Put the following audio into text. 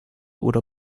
oder